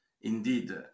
Indeed